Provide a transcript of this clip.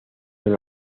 son